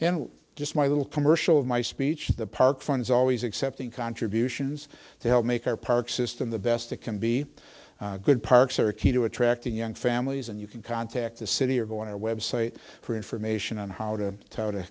and just my little commercial of my speech the park funds always accepting contributions to help make our park system the best it can be good parks are key to attracting young families and you can contact the city or going to a website for information on how to t